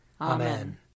Amen